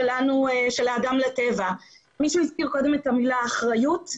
של חובה לחגור גם מאחור,